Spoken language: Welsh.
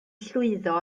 llwyddo